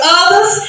others